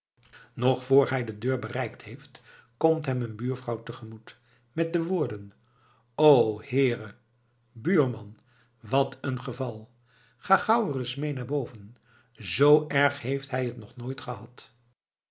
nog voor hij de deur bereikt heeft komt hem een buurvrouw te gemoet met de woorden o heere buurman wat een geval ga gauw ereis mee naar boven z erg heeft hij t nog nooit gehad